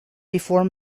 before